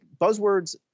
buzzwords